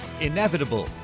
Inevitable